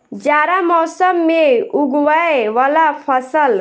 जाड़ा मौसम मे उगवय वला फसल?